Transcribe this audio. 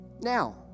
now